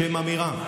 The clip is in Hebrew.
שהם אמירה.